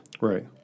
Right